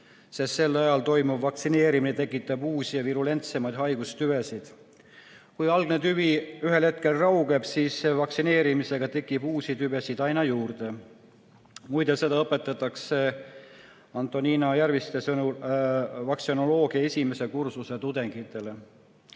sest sel ajal toimuv vaktsineerimine tekitab uusi ja virulentsemaid haigustüvesid. Kui algne tüvi ühel hetkel raugeb, siis vaktsineerimisega tekib uusi tüvesid aina juurde. Muide, seda õpetatakse Antonina Järviste sõnul vaktsinoloogia esimese kursuse tudengitele.